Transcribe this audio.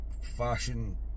fashion